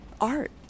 art